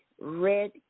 Red